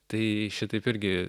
tai šitaip irgi